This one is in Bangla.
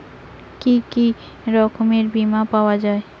কি কি রকমের বিমা পাওয়া য়ায়?